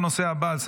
15 בעד.